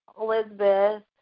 Elizabeth